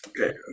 Okay